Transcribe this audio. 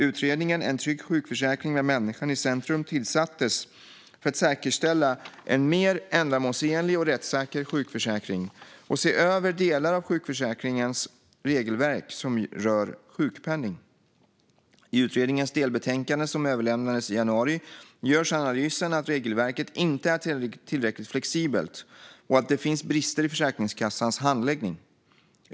Utredningen En trygg sjukförsäkring med människan i centrum tillsattes för att säkerställa en mer ändamålsenlig och rättssäker sjukförsäkring och se över delar av sjukförsäkringens regelverk som rör sjukpenningen. I utredningens delbetänkande, som överlämnades i januari, görs analysen att regelverket inte är tillräckligt flexibelt och att det finns brister i Försäkringskassans handläggning.